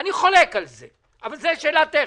אני חולק על זה אבל זאת שאלה טכנית.